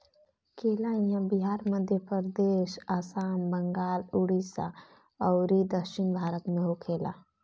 केला इहां बिहार, मध्यप्रदेश, आसाम, बंगाल, उड़ीसा अउरी दक्षिण भारत में होखेला